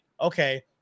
Okay